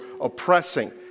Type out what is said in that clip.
oppressing